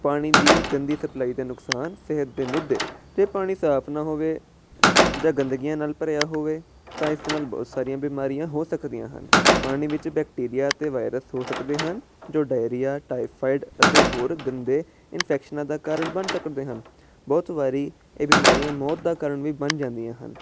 ਪਾਣੀ ਦੀ ਗੰਦੀ ਸਪਲਾਈ ਅਤੇ ਨੁਕਸਾਨ ਸਿਹਤ ਦੇ ਮੁੱਦੇ ਜੇ ਪਾਣੀ ਸਾਫ਼ ਨਾ ਹੋਵੇ ਜਾਂ ਗੰਦਗੀਆਂ ਨਾਲ ਭਰਿਆ ਹੋਵੇ ਤਾਂ ਇਸ ਨਾਲ ਬਹੁਤ ਸਾਰੀਆਂ ਬਿਮਾਰੀਆਂ ਹੋ ਸਕਦੀਆਂ ਹਨ ਪਾਣੀ ਵਿੱਚ ਬੈਕਟੀਰੀਆ ਅਤੇ ਵਾਇਰਸ ਹੋ ਸਕਦੇ ਹਨ ਜੋ ਡਾਇਰੀਆ ਟਾਈਫਾਇਡ ਅਤੇ ਹੋਰ ਗੰਦੇ ਇਨਫੈਕਸ਼ਨਾਂ ਦਾ ਕਾਰਣ ਬਣ ਸਕਦੇ ਹਨ ਬਹੁਤ ਵਾਰ ਇਹ ਬਿਮਾਰੀਆਂ ਮੌਤ ਦਾ ਕਾਰਣ ਵੀ ਬਣ ਜਾਂਦੀਆਂ ਹਨ